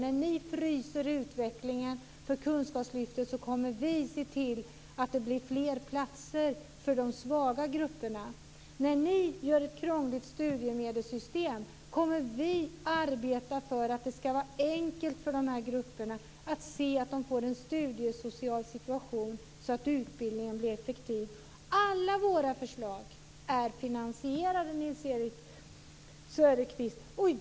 När ni fryser utvecklingen för kunskapslyftet kommer vi att se till att det blir fler platser för de svaga grupperna. När ni gör ett krångligt studiemedelssystem kommer vi att arbeta för att det skall vara enkelt för de här grupperna att se till att de får en studiesocial situation som gör att utbildningen blir effektiv. Alla våra förslag är finansierade, Nils-Erik Söderqvist.